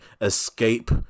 escape